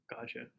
gotcha